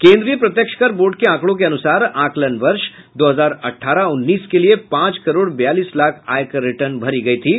केंद्रीय प्रत्यक्ष कर बोर्ड के आंकड़ों के अनुसार आकलन वर्ष दो हजार अठारह उन्नीस के लिए पांच करोड़ बयालीस लाख आयकर रिटर्न भरी गई थीं